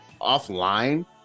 offline